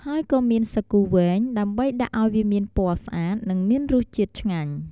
ហើយក៏មាន សាគូវែង ដើម្បីដាក់អោយវាមានពណ៌ស្អាត និងមានរសជាតិឆ្ងាញ់។